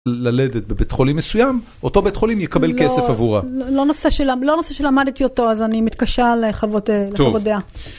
ללדת בבית חולים מסוים, אותו בית חולים יקבל כסף עבורה. לא נושא שלמדתי אותו, אז אני מתקשה לחוות דיעה.